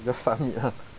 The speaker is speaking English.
the submit ya